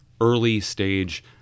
early-stage